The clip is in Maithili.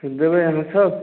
देबय अहाँ सभ